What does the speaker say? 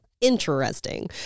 interesting